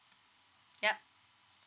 yup